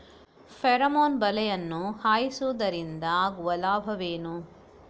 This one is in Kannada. ಫೆರಮೋನ್ ಬಲೆಯನ್ನು ಹಾಯಿಸುವುದರಿಂದ ಆಗುವ ಲಾಭವೇನು?